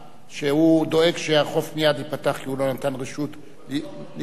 שהוא דואג שהחוף מייד ייפתח כי הוא לא נתן רשות לסגור אותו.